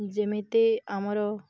ଯେମିତି ଆମର